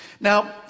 Now